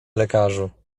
lekarzu